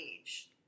age